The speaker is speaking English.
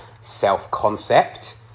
self-concept